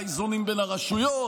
לאיזונים בין הרשויות,